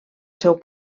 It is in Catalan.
seu